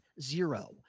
zero